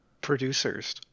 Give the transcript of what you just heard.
producers